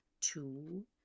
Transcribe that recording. two